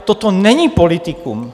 Toto není politikum.